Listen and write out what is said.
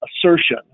assertion